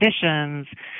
conditions